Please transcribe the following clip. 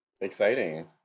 exciting